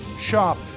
shop